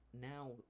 now